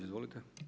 Izvolite.